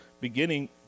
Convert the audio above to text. beginning